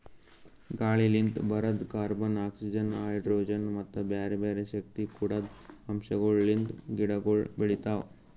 ಗಾಳಿಲಿಂತ್ ಬರದ್ carbon, oxygen, hydrogen ಮತ್ತ ಬ್ಯಾರೆ ಬ್ಯಾರೆ ಶಕ್ತಿ ಕೊಡದ್ ಅಂಶಗೊಳ್ ಲಿಂತ್ ಗಿಡಗೊಳ್ ಬೆಳಿತಾವ್